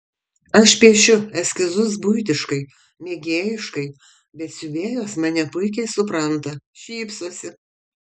aš piešiu eskizus buitiškai mėgėjiškai bet siuvėjos mane puikiai supranta šypsosi